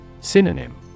Synonym